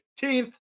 15th